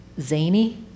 zany